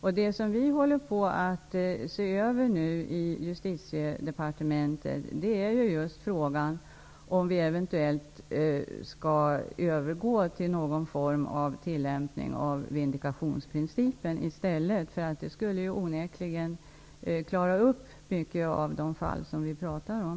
Det som vi håller på att se över i Justitiedepartementet är just frågan om vi eventuellt skall övergå till någon form av tillämpning av vindikationsprincipen i stället. Det skulle onekligen klara upp många av de fall som vi här talar om.